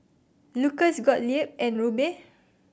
Lucas Gottlieb and Rubye